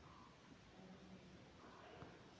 सूर्यमुखीचा बी Helianthus annuus हा